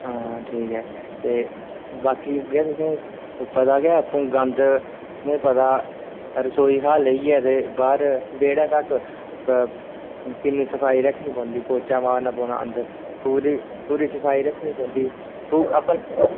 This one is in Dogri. आं ठीक ऐ बाकी लोकें सुट्टे दा गंद तुसेंगी पता रसोई कशा लेइयै ते बाहर तगर किन्नी सफाई रक्खना पौंदी पौच्छा मारना पौना हा ते पूरी सफाई रक्खनी पौंदी